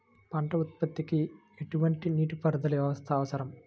పంట ఉత్పత్తికి ఎటువంటి నీటిపారుదల వ్యవస్థ అవసరం?